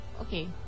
okay